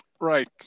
right